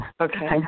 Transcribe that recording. Okay